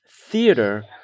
Theater